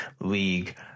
league